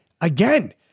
Again